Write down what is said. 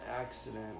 accident